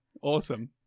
awesome